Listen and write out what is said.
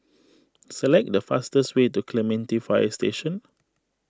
select the fastest way to Clementi Fire Station